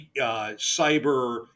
cyber